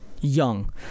young